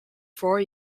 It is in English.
four